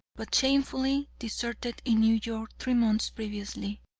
but shamefully deserted in new york three months previously.